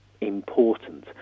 important